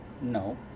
No